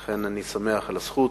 לכן אני שמח על הזכות,